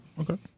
Okay